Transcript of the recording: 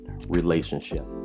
relationship